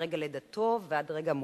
מרגע לידתו ועד רגע מותו,